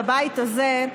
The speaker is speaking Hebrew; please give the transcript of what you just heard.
לבית הזה,